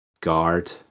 guard